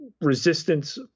resistance